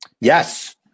Yes